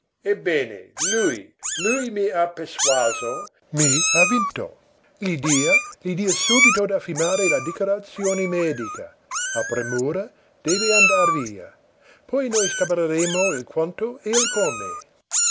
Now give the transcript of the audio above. ebbene lui lui mi ha persuaso mi ha vinto gli dia gli dia subito da firmare la dichiarazione medica ha premura deve andar via poi noi stabiliremo il quanto e il come